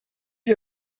sie